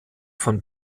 von